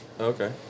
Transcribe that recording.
Okay